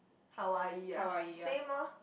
Hawaii ah same lor